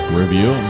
review